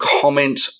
comment